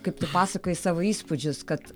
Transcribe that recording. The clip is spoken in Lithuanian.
kaip tu pasakojai savo įspūdžius kad